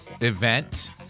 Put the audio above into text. event